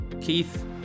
Keith